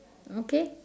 okay